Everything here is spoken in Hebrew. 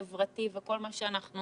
חברתי וכל מה שאנחנו